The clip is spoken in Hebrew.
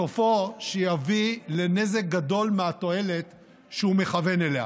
סופו שיביא לנזק גדול מהתועלת שהוא מכוון אליה.